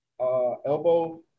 elbow